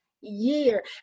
year